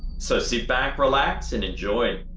so sit back, relax and enjoy.